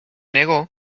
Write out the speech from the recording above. negó